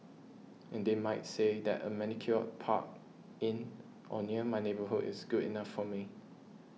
and they might say that a manicured park in or near my neighbourhood is good enough for me